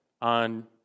on